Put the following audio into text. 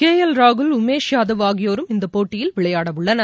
K L Raghav Umesh Yadav ஆகியோரும் இந்த போட்டியில் விளையாடவுள்ளனர்